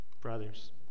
brothers